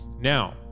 Now